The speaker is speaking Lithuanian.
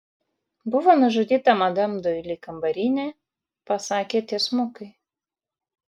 buvo nužudyta madam doili kambarinė pasakė tiesmukai